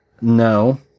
No